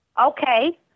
Okay